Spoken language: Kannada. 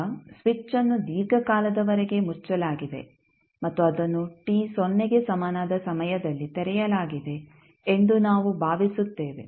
ಈಗ ಸ್ವಿಚ್ಅನ್ನು ದೀರ್ಘಕಾಲದವರೆಗೆ ಮುಚ್ಚಲಾಗಿದೆ ಮತ್ತು ಅದನ್ನು t ಸೊನ್ನೆಗೆ ಸಮನಾದ ಸಮಯದಲ್ಲಿ ತೆರೆಯಲಾಗಿದೆ ಎಂದು ನಾವು ಭಾವಿಸುತ್ತೇವೆ